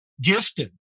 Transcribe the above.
gifted